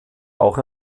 auch